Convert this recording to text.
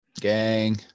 Gang